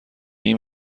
این